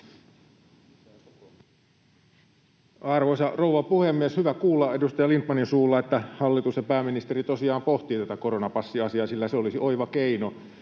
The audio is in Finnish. Arvoisa rouva puhemies! Hyvä kuulla edustaja Lindtmanin suulla, että hallitus ja pääministeri tosiaan pohtivat tätä koronapassiasiaa, sillä se olisi kyllä oiva keino